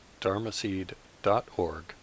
dharmaseed.org